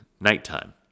nighttime